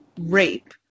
rape